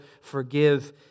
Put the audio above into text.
forgive